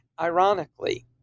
Ironically